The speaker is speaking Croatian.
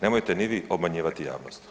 Nemojte ni vi obmanjivati javnost.